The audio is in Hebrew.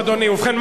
ובכן,